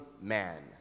man